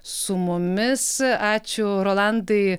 su mumis ačiū rolandai